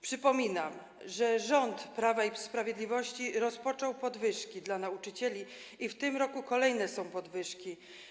Przypominam, że rząd Prawa i Sprawiedliwości rozpoczął podwyżki dla nauczycieli i w tym roku są kolejne podwyżki.